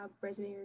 resume